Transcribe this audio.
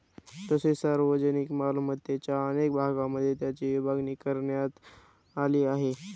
तसेच सार्वजनिक मालमत्तेच्या अनेक भागांमध्ये त्याची विभागणी करण्यात आली आहे